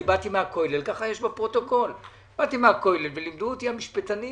אני באתי מהכולל ולימדו אותי המשפטנים